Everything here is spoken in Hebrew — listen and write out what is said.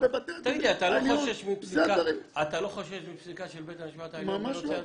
אתה לא חושש מפסיקה של בית המשפט העליון בנושא הזה?